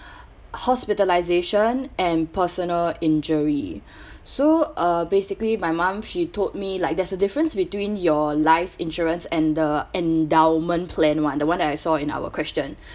hospitalisation and personal injury so uh basically my mom she told me like there's a difference between your life insurance and the endowment plan [one] the one that I saw in our question